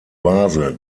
vase